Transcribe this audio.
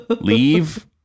leave